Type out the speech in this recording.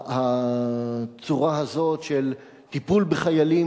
הצורה הזאת של טיפול בחיילים,